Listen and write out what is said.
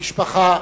המשפחה